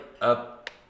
up